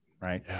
right